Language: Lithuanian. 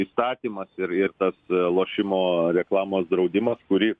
įstatymas ir ir tas lošimo reklamos draudimas kurį